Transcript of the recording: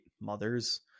mothers